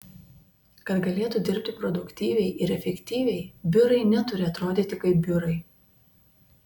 kad galėtų dirbti produktyviai ir efektyviai biurai neturi atrodyti kaip biurai